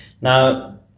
now